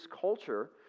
culture